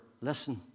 listen